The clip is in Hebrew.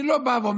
אני לא אומר,